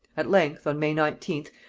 at length, on may nineteenth,